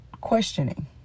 questioning